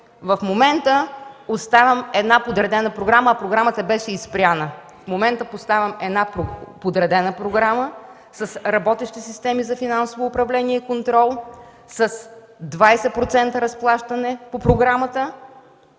В момента оставям подредена програма, а тя беше и спряна. В момента оставям подредена програма с работещи системи за финансово управление и контрол, с 20% разплащане по програмата,